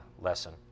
lesson